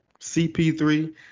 CP3